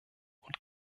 und